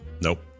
Nope